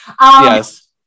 Yes